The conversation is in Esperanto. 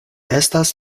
estas